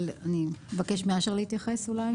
אני אבקש מאשר להתייחס.